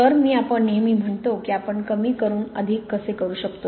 तर मी आपण नेहमी म्हणतो की आपण कमी करून अधिक कसे करू शकतो